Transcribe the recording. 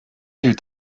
gilt